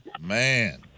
Man